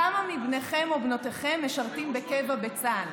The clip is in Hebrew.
כמה מבניכם או בנותיכם משרתים בקבע בצה"ל?